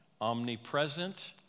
omnipresent